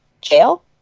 jail